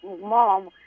mom